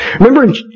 Remember